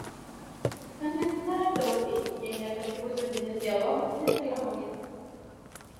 paskambinti terapeutei jei negatyvus vidinis dialogas nesiliauja